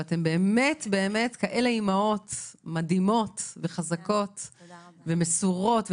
ואתן באמת כאלה אימהות מדהימות וחזקות ומסורות,